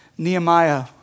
Nehemiah